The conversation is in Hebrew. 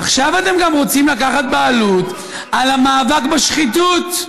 עכשיו אתם גם רוצים לקחת בעלות על המאבק בשחיתות.